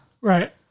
Right